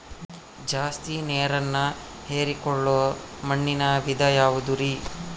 ಜಾಸ್ತಿ ನೇರನ್ನ ಹೇರಿಕೊಳ್ಳೊ ಮಣ್ಣಿನ ವಿಧ ಯಾವುದುರಿ?